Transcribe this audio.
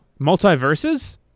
multiverses